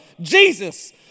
Jesus